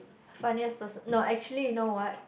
funniest person no actually you know what